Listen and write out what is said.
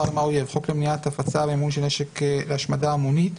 למניעת הפצה ומימון של נשק להשמדה המונית,